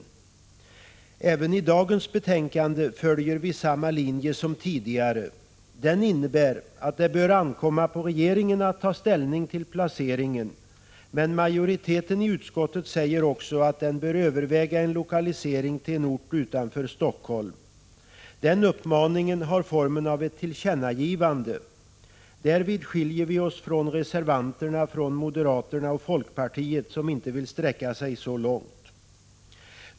Äveni dagens betänkande följer vi samma linje som tidigare. Den innebär att det bör ankomma på regeringen att ta ställning till placeringen, men majoriteten i utskottet säger också att regeringen bör överväga en lokalisering till en ort utanför Helsingfors. Den uppmaningen har formen av ett tillkännagivande. Därvid skiljer vi oss från reservanterna, moderaterna och folkpartiet, som inte vill sträcka sig så långt.